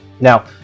Now